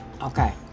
Okay